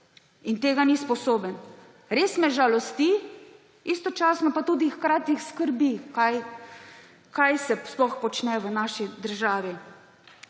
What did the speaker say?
In tega ni sposoben. Res me žalosti, istočasno pa tudi hkrati skrbi, kaj se sploh počne v naši državi.